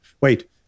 Wait